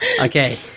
Okay